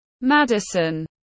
Madison